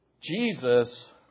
Jesus